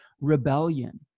rebellion